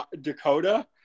Dakota